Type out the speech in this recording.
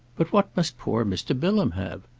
but what must poor mr. bilham have?